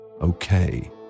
okay